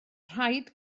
rhaid